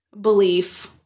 belief